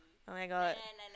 [oh]-my-god